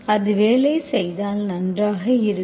அது வேலை செய்தால் நன்றாக இருக்கும்